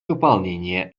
выполнения